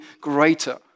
greater